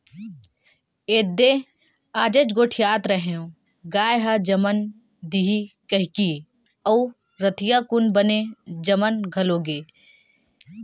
एदे आजेच गोठियावत रेहेंव गाय ह जमन दिही कहिकी अउ रतिहा कुन बने जमन घलो गे